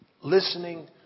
listening